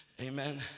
amen